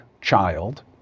child